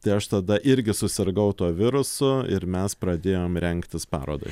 tai aš tada irgi susirgau tuo virusu ir mes pradėjom rengtis parodai